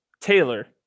Taylor